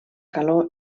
calor